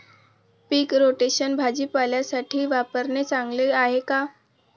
पीक rotation भाजीपाल्यासाठी वापरणे चांगले आहे का?